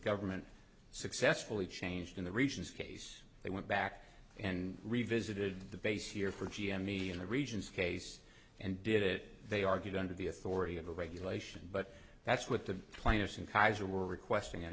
government successfully changed in the regions case they went back and revisited the base here for g m me in the regions case and did it they argued under the authority of a regulation but that's what the plaintiffs and kaiser were requesting an